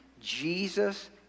Jesus